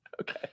Okay